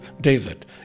David